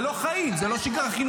זה לא חיים, זו לא שגרה חינוכית.